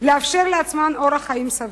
לאפשר לעצמם אורח חיים סביר.